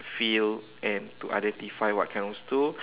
feel and to identify what kind of stool